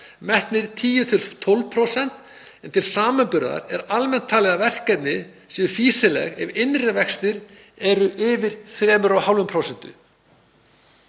metnir 10–12%, en til samanburðar er almennt talið að verkefni séu fýsileg ef innri vextir eru yfir 3,5%.